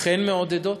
אכן מעודדות?